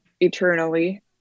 eternally